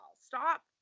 stop